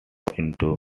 indo